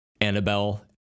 Annabelle